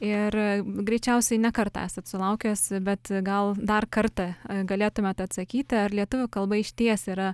ir greičiausiai ne kartą esat sulaukęs bet gal dar kartą galėtumėt atsakyti ar lietuvių kalba išties yra